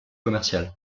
commerciale